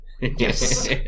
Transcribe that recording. Yes